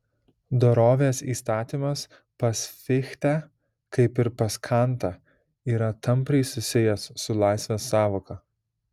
dorovės įstatymas pas fichtę kaip ir pas kantą yra tampriai susijęs su laisvės sąvoka